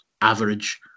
average